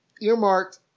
Earmarked